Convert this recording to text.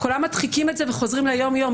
כולם מדחיקים את זה וחוזרים ליום-יום.